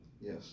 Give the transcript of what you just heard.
Yes